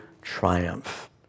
triumph